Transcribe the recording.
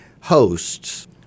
hosts